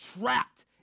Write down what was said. trapped